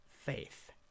faith